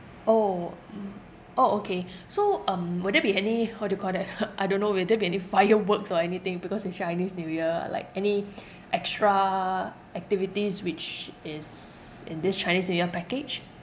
orh mm orh okay so um would there be any what do you call that I don't know will there be any fireworks or anything because it's chinese new year like any extra activities which is in this chinese new year package